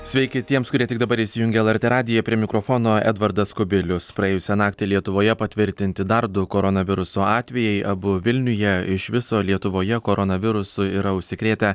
sveiki tiems kurie tik dabar įsijungė lrt radiją prie mikrofono edvardas kubilius praėjusią naktį lietuvoje patvirtinti dar du koronaviruso atvejai abu vilniuje iš viso lietuvoje koronavirusu yra užsikrėtę